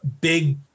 big